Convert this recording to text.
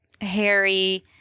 Harry